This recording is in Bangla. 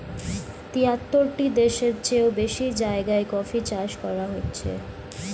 তিয়াত্তরটি দেশের চেও বেশি জায়গায় কফি চাষ করা হচ্ছে